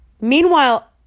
Meanwhile